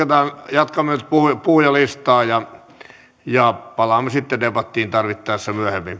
jatkamme nyt puhujalistaa ja palaamme sitten debattiin tarvittaessa